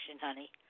honey